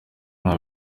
nta